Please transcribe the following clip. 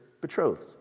betrothed